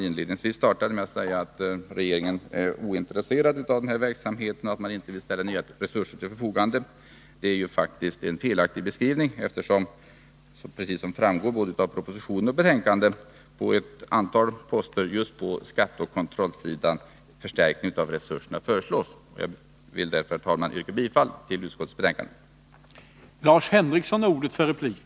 Inledningsvis sade han att regeringen är ointresserad av denna verksamhet och inte vill ställa nya resurser till förfogande, men detta är faktiskt en felaktig beskrivning. Av både proposition och betänkande framgår det ju att en förstärkning av resurserna föreslås beträffande ett antal poster på skatteoch kontrollsidan. Herr talman! Jag vill därför yrka bifall till utskottets hemställan.